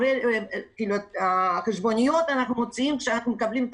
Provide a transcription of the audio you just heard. שאת החשבוניות שלנו אנחנו מוציאים כשאנחנו מקבלים את